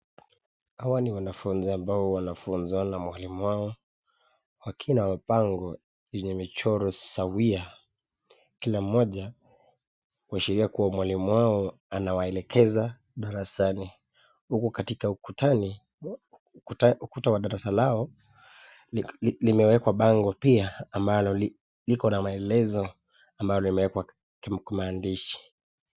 Hawa ni wanafunzi ambao wanafunzwa na mwalimu wao wakiwa na bango yenye michoro sawia, kila mmoja kuashiria kuwa mwalimu wao anawaelekeza darasani huku katika ukutani ukuta wa darasa lao limewekwa bango pia ambalo liko na maelezo ambalo nimewekwa kimaandishi.